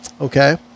Okay